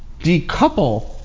decouple